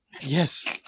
yes